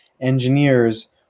Engineers